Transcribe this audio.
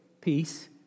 peace